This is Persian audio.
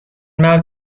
مرد